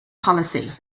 policy